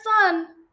son